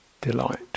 delight